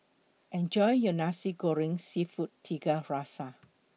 Enjoy your Nasi Goreng Seafood Tiga Rasa